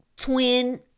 twin